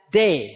day